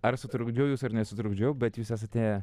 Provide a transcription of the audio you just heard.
ar sutrukdžiau jus ar nesutrukdžiau bet jūs esate